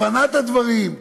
הבנת הדברים.